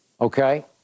Okay